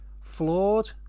Flawed